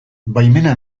baimena